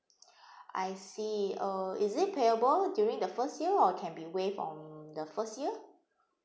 I see uh is it payable during the first year or can be waived from the first year